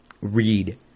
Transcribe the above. read